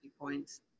points